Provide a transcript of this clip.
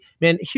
man